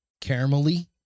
Caramelly